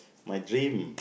my dream